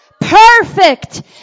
Perfect